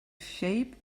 shape